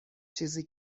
چیزی